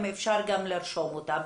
אם אפשר גם לרשום אותם,